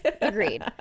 Agreed